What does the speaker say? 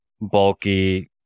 bulky